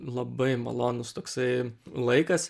labai malonus toksai laikas